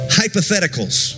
hypotheticals